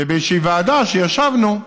באיזושהי ועדה שישבנו,